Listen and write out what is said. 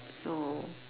so